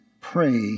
pray